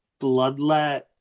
Bloodlet